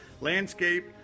landscape